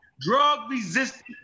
drug-resistant